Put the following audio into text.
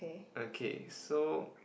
okay so